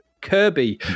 Kirby